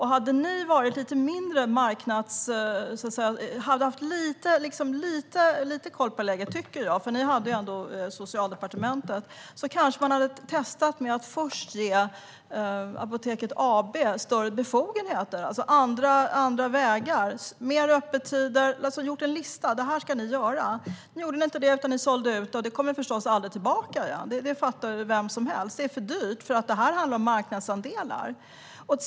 Hade ni haft lite koll på läget - ni hade ändå Socialdepartementet - kanske ni hade testat att först ge Apoteket AB större befogenheter att hitta andra vägar, som längre öppettider. Ni kunde ha gjort en lista över vad de skulle göra. Nu gjorde ni inte det utan sålde ut det, och det kommer förstås aldrig tillbaka igen - det fattar ju vem som helst. Det är för dyrt, för det här handlar om marknadsandelar.